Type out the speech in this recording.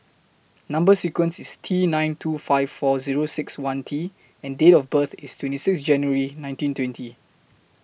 Number sequence IS T nine two five four Zero six one T and Date of birth IS twenty six January nineteen twenty